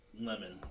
Lemon